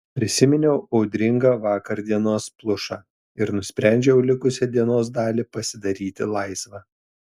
prisiminiau audringą vakardienos plušą ir nusprendžiau likusią dienos dalį pasidaryti laisvą